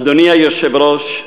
אדוני היושב-ראש,